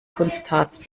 kunstharz